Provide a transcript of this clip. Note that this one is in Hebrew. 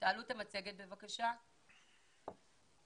שני עמודי התווך שהמתווה פועל על פיהם: